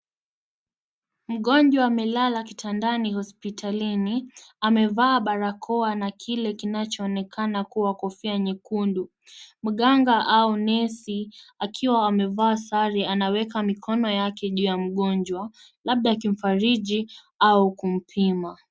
Mgonjwa amelala kitandani hospitalini, amevaa barakoa na kile kinacho onekana na kuwa kofia nyekundu. Mganga au nesi akiwa amevaa sare anaweka mikono yake juu ya mgonjwa labda akimfariji au kumpima.